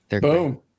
Boom